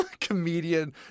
comedian